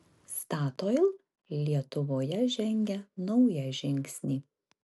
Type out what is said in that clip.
statoil lietuvoje žengia naują žingsnį